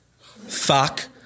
fuck